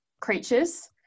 creatures